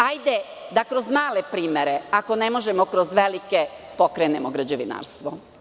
Hajde da kroz male primere, ako ne možemo kroz velike, pokrenemo građevinarstvo.